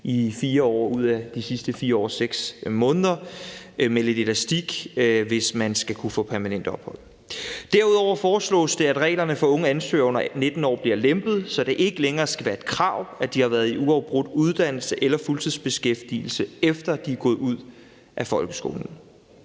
i 4 år ud af de sidste 4 år og 6 måneder, med lidt elastik, hvis man skal kunne få permanent ophold. Derudover foreslås det, at reglerne for unge ansøgere under 19 år bliver lempet, så det ikke længere skal være et krav, at de har været i uafbrudt uddannelse eller fuldtidsbeskæftigelse, efter de er gået ud af folkeskolen.